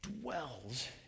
dwells